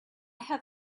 have